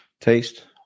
Taste